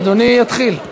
אז אדוני יתחיל.